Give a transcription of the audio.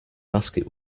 basket